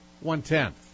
One-tenth